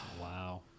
wow